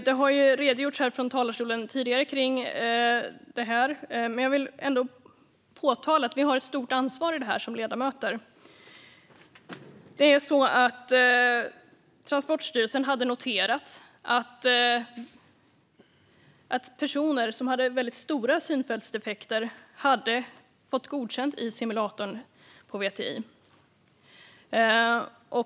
Det har tidigare redogjorts för detta från talarstolen, men jag vill ändå påminna om att vi som ledamöter har ett stort ansvar i detta. Transportstyrelsen har noterat att personer med stora synfältsdefekter har fått godkänt i simulatorn på VTI.